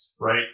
right